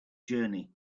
journey